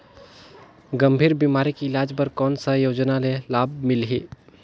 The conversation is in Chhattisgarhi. गंभीर बीमारी के इलाज बर कौन सा योजना ले लाभ मिलही?